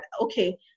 okay